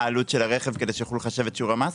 העלות של הרכב כדי שיוכלו לחשב את שיעור המס